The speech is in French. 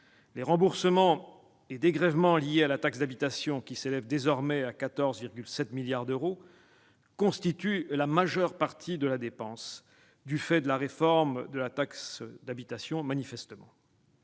Les remboursements et dégrèvements liés à la taxe d'habitation, qui s'élèvent désormais à 14,7 milliards d'euros, constituent la majeure partie de la dépense, manifestement du fait de la réforme de la taxe d'habitation. Ainsi,